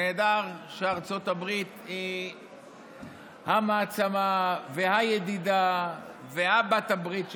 נהדר שארצות הברית היא המעצמה והידידה ובעלת הברית שלנו,